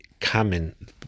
common